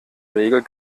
regel